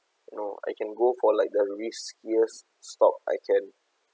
you know I can go for like the risk ya stock I can